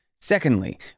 Secondly